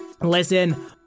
Listen